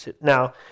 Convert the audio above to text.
Now